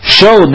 show